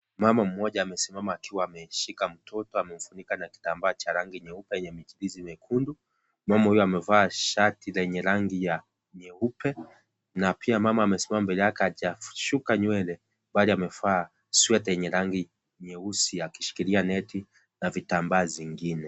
Mama mmoja amesimama akiwa ameshika mtoto amemfunika na kitambaa cha rangi nyeupe chenye michirizi mekundu , mama huyu amevaa shati lenye rangi ya nyeupe na pia mama amesimama mbele yake hajashuka nywele bali amevaa sweta yenye rangi nyeusi akishikiria neti na vitambaa zingine.